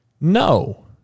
No